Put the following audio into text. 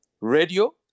Radio